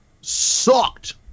sucked